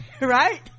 Right